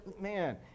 man